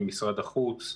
ממשרד החוץ,